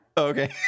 okay